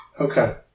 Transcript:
Okay